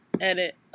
edit